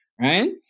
right